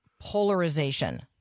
polarization